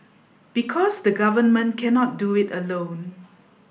because the Government cannot do it alone